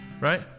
right